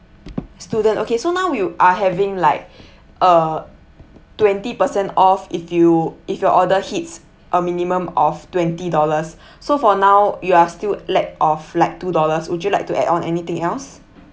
student okay so now will are having like a twenty percent off if you if your order hits a minimum of twenty dollars so for now you are still lack of like two dollars would you like to add on anything else